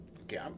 okay